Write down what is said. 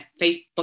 Facebook